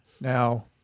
Now